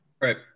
Right